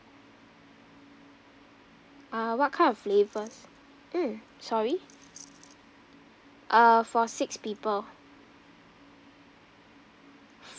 uh what kind of flavours mm sorry uh for six people